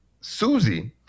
Susie